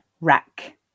rack